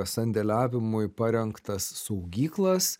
sandėliavimui parengtas saugyklas